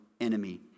enemy